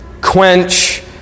quench